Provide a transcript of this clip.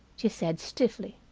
she said stiffly.